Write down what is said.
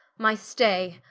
my stay,